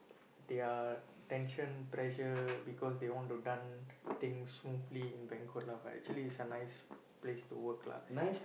they are attention pressure because they want to done things smoothly in banquet lah but actually is a nice place to work lah